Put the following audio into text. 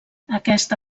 aquesta